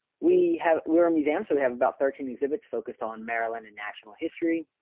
we have we're a museum. so we have about thirteen exhibits focused on maryland and national history